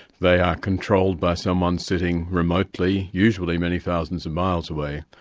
they are controlled by someone sitting remotely, usually many thousands of miles away.